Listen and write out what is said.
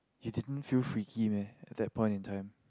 you didn't feel freaky meh at that point in time